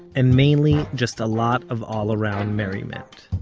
and mainly, just a lot of all-around merriment.